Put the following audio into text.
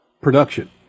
production